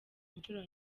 inshuro